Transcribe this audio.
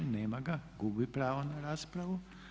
Nema ga, gubi pravo na raspravu.